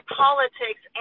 politics